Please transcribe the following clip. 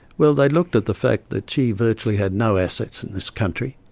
well, they looked at the fact that she virtually had no assets in this country,